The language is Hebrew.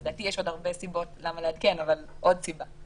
לדעתי יש עוד הרבה סיבות למה לעדכן אבל זו עוד סיבה.